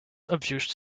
obvious